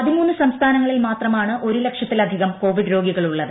പതിമൂന്ന് സംസ്ഥാനങ്ങളിൽ മാത്രമാണ് ഒരു ലക്ഷത്തിലധികം കോവിഡ് രോഗികളുള്ളത്